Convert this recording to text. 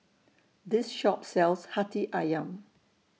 This Shop sells Hati Ayam